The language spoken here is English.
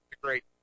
great